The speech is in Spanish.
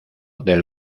del